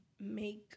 make